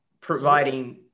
providing